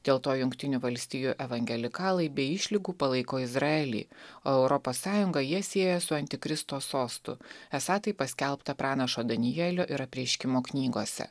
dėl to jungtinių valstijų evangelikalai be išlygų palaiko izraelį o europos sąjungą jie sieja su antikristo sostu esą taip paskelbta pranašo danielio ir apreiškimo knygose